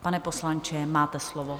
Pane poslanče, máte slovo.